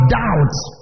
doubts